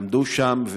למדו שם.